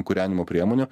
kūrenimo priemonių